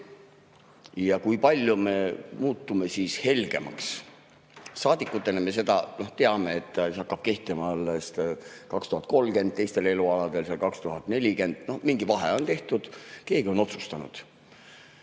ja kui palju me muudame [elu] helgemaks. Saadikutena me teame, et see hakkab kehtima alles 2030, teistel elualadel 2040. Mingi vahe on tehtud, keegi on otsustanud.